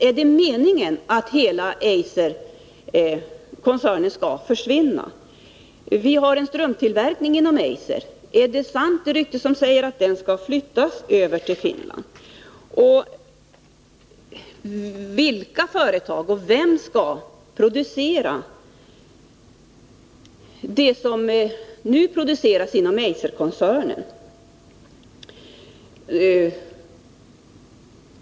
Är det meningen att hela Eiserkoncernen skall försvinna? Vi har en strumptillverkning inom Eiser. Är det rykte sant som säger att denna tillverkning skall flyttas över till Finland? Vilka företag skall producera det som nu produceras inom Eiserkoncernen?